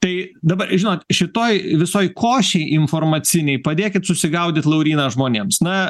tai dabar žinot šitoj visoj košėj informacinėj padėkit susigaudyt lauryna žmonėms na